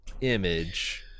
image